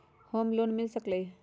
Home loan मिल सकलइ ह?